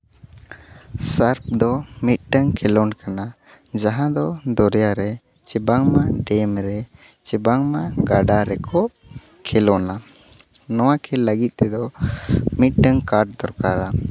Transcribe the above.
ᱥᱟᱨᱠ ᱫᱚ ᱢᱤᱫ ᱴᱟᱹᱱ ᱠᱷᱮᱞᱳᱰ ᱠᱟᱱᱟ ᱡᱟᱦᱟᱸ ᱫᱚ ᱫᱚᱨᱭᱟ ᱨᱮ ᱪᱮ ᱵᱟᱝᱢᱟ ᱰᱮᱢ ᱨᱮ ᱪᱮ ᱵᱟᱝᱢᱟ ᱜᱟᱰᱟ ᱨᱮ ᱠᱚ ᱠᱷᱮᱞᱳᱰᱼᱟ ᱱᱚᱣᱟ ᱠᱷᱮᱞ ᱞᱟᱹᱜᱤᱫ ᱛᱮᱫᱚ ᱢᱤᱫᱴᱟᱹᱱ ᱠᱟᱴ ᱫᱚᱨᱠᱟᱨᱚᱜᱼᱟ